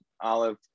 olive